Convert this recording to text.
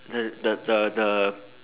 the the the the